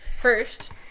First